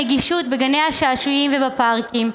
נגישות בגני שעשועים ובפארקים,